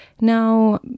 now